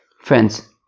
friends